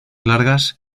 largas